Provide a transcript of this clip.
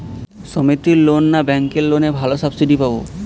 সমিতির লোন না ব্যাঙ্কের লোনে ভালো সাবসিডি পাব?